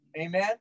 Amen